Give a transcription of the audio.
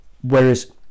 whereas